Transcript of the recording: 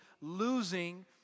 losing